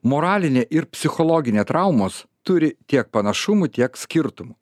moralinė ir psichologinė traumos turi tiek panašumų tiek skirtumų